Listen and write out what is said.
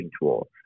tool